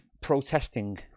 protesting